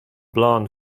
blonde